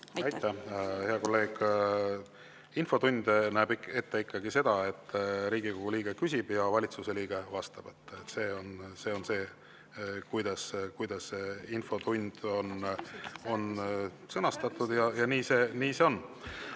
Aitäh, hea kolleeg! Infotund näeb ette ikkagi seda, et Riigikogu liige küsib ja valitsuse liige vastab. See on see, kuidas infotund on sõnastatud, ja nii see on.